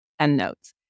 endnotes